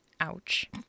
Ouch